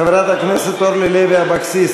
חברת הכנסת אורלי לוי אבקסיס,